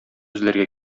эзләргә